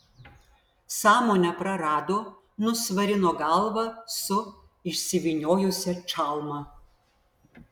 sąmonę prarado nusvarino galvą su išsivyniojusia čalma